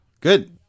Good